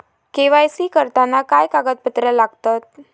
KYC करताना काय कागदपत्रा लागतत?